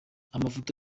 amafoto